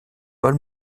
paul